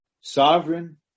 Sovereign